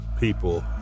people